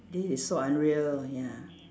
this is so unreal ya